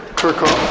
kerckhoff,